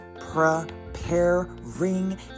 preparing